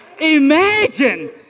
Imagine